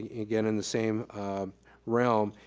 again in the same realm,